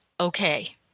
okay